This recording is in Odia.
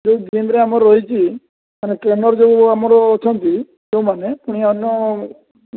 ଯେଉଁ ସ୍କିମ୍ରେ ଆମର ରହିଛି ମାନେ ଟ୍ରେନ୍ର ଯେଉଁ ଆମର ଅଛନ୍ତି ଯେଉଁମାନେ ପୁଣି ଅନ୍ୟ